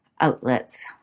outlets